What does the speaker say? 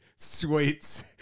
Sweets